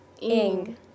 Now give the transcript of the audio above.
ing